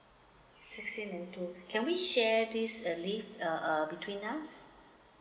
six weeks and two can we share this uh leave uh uh between us